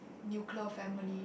nuclear family